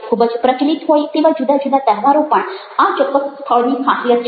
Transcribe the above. ખૂબ જ પ્રચલિત હોય તેવા જુદા જુદા તહેવારો પણ આ ચોક્કસ સ્થળની ખાસિયત છે